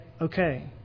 okay